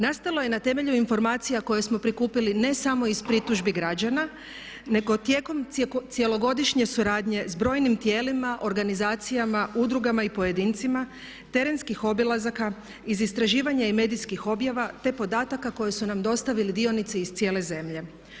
Nastalo je na temelju informacija koje smo prikupili ne samo iz pritužbi građana nego tijekom cjelogodišnje suradnje sa brojnim tijelima, organizacijama, udrugama i pojedincima, terenskih obilazaka, iz istraživanja i medijskih objava te podataka koje su nam dostavili dionici iz cijele zemlje.